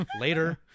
Later